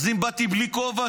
אם באתי בלי כובע,